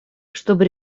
чтобы